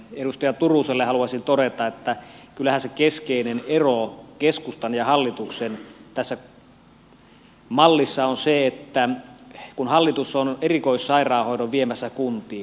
edustaja turuselle haluaisin todeta että kyllähän se keskeinen ero keskustan ja hallituksen mallissa on se että hallitus on erikoissairaanhoidon viemässä kuntiin